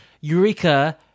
eureka